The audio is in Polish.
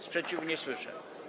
Sprzeciwu nie słyszę.